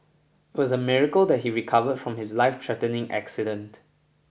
it was a miracle that he recovered from his lifethreatening accident